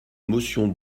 motion